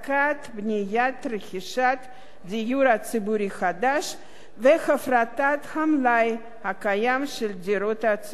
בנייה או רכישת דיור ציבורי חדש והפרטת המלאי הקיים של דירות ציבוריות.